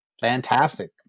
fantastic